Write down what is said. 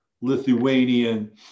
Lithuanian